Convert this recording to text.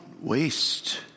waste